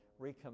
recommit